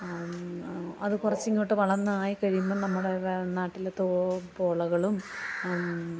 അത് കുറച്ച് ഇങ്ങോട്ട് വളർന്ന് ആയിക്കഴിയുമ്പോൾ നമ്മുടെ നാട്ടിലെ തോ പോളകളും